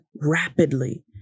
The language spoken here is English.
rapidly